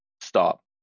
stop